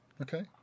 Okay